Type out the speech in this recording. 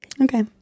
okay